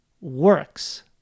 works